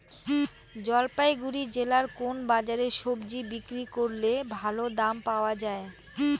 জলপাইগুড়ি জেলায় কোন বাজারে সবজি বিক্রি করলে ভালো দাম পাওয়া যায়?